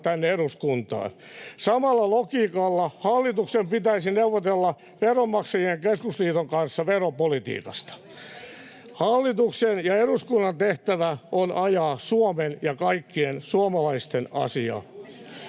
tänne eduskuntaan. Samalla logiikalla hallituksen pitäisi neuvotella Veronmaksajain Keskusliiton kanssa veropolitiikasta. Hallituksen ja eduskunnan tehtävä on ajaa Suomen ja kaikkien suomalaisten asiaa.